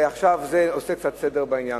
ועכשיו זה עושה קצת סדר בעניין.